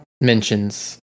mentions